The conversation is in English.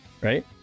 right